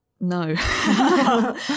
No